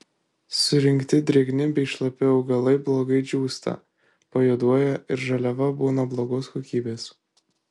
surinkti drėgni bei šlapi augalai blogai džiūsta pajuoduoja ir žaliava būna blogos kokybės